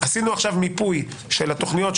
עשינו עכשיו מיפוי של התכניות,